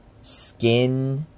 skin